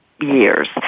Years